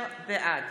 בעד